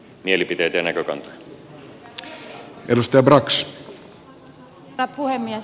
arvoisa herra puhemies